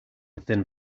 within